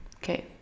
Okay